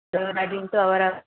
ಅವರ